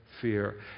Fear